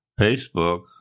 Facebook